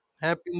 Happy